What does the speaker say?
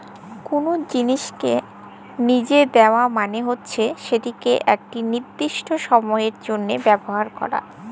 call জিলিসকে লিজে দিয়া মালে হছে সেটকে ইকট লিরদিস্ট সময়ের জ্যনহে ব্যাভার ক্যরা